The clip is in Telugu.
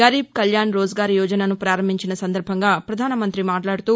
గరీబ్ కళ్యాణ్ రోజ్ గార్ యోజనను ప్రారంభించిన సందర్బంగా ప్రధానమంతి మాట్లాడుతూ